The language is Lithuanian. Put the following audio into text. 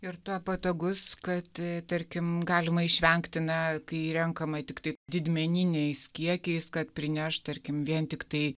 ir tuo patogus kad tarkim galima išvengti na kai renkama tiktai didmeniniais kiekiais kad prineš tarkim vien tiktai